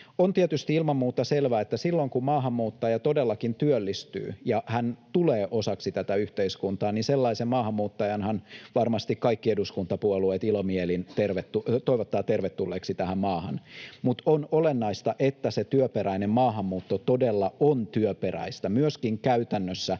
On tietysti ilman muuta selvää, että silloin kun maahanmuuttaja todellakin työllistyy ja hän tulee osaksi tätä yhteiskuntaa, sellaisen maahanmuuttajanhan varmasti kaikki eduskuntapuolueet ilomielin toivottavat tervetulleeksi tähän maahan. Mutta on olennaista, että se työperäinen maahanmuutto todella on työperäistä myöskin käytännössä